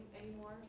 anymore